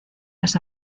las